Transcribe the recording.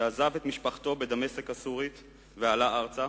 שעזב את משפחתו בדמשק הסורית ועלה ארצה,